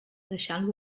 deixant